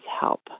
help